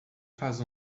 faz